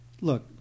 look